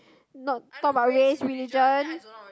not talk about race religion